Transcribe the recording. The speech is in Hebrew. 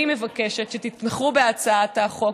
אני מבקשת שתתמכו בהצעת החוק.